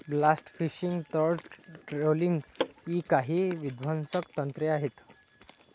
blast fishing, तळ trawling इ काही विध्वंसक तंत्रे आहेत